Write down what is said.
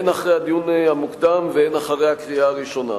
הן אחרי הדיון המוקדם והן אחרי הקריאה הראשונה.